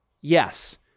Yes